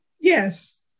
Yes